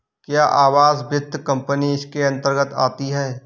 क्या आवास वित्त कंपनी इसके अन्तर्गत आती है?